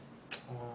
oh